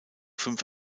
fünf